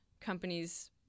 companies